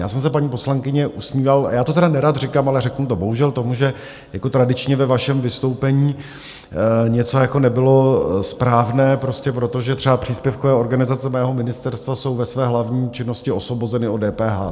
Já jsem se, paní poslankyně, usmíval já to tedy nerad říkám, ale řeknu to bohužel tomu, že jako tradičně ve vašem vystoupení něco nebylo správné prostě proto, že třeba příspěvkové organizace mého ministerstva jsou ve své hlavní činnosti osvobozeny od DPH.